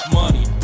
money